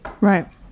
Right